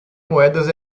moedas